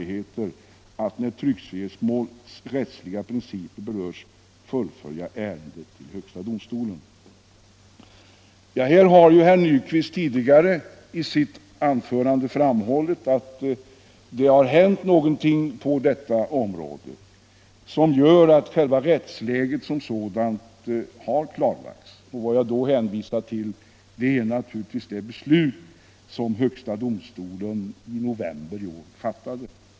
Herr Nyquist har tidigare i sitt anförande här framhållit att det har hänt någonting på detta område som gör att själva rättsläget som sådant har klarlagts. Vad jag då hänvisar till är naturligtvis det beslut som högsta domstolen i november i år fattade.